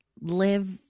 live